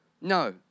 no